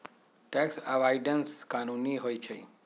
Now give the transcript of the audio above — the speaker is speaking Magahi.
टैक्स अवॉइडेंस कानूनी होइ छइ